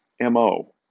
MO